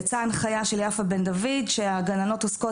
יצאה הנחיה של יפה בן דוד שהגננות עוסקות